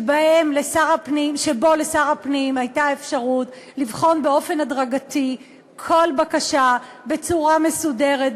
שבה לשר הפנים הייתה אפשרות לבחון באופן הדרגתי כל בקשה בצורה מסודרת,